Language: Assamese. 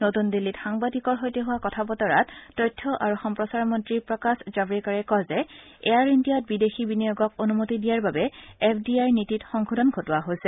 নতৃন দিল্লীত সাংবাদিকৰ সৈতে হোৱা কথা বতৰাত তথ্য আৰু সম্প্ৰচাৰ মন্ত্ৰী প্ৰকাশ জাৱড়েকাৰে কয় যে এয়াৰ ইণ্ডিয়াত বিদেশী বিনিয়োগক অনুমতি দিয়াৰ বাবে এফ ডি আইৰ নীতিত সংশোধন ঘটোৱা হৈছে